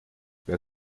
wer